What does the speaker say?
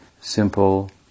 simple